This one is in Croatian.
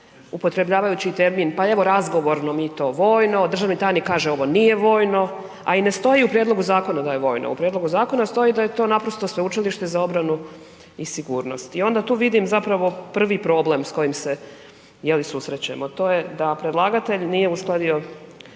upotrebljavajući i termin „pa evo razgovorno, mi to vojno“, državni tajnik kaže „ovo nije vojno“, a i ne stoji u prijedlogu zakona da je vojno. U prijedlogu zakona stoji da je to naprosto Sveučilište za obranu i sigurnost. I onda tu vidim zapravo prvi problem s kojim se, je li susrećemo to je da predlagatelj nije uskladio